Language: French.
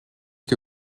que